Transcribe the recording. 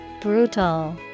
Brutal